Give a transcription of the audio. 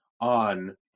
on